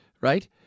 right